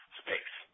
space